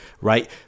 right